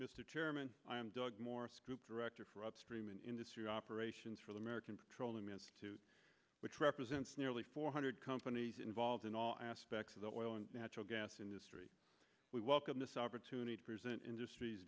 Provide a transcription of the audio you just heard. mr chairman i am doug morris group director for upstream and industry operations for the american petroleum institute which represents nearly four hundred companies involved in all aspects of the oil and natural gas industry we welcome this opportunity to present industries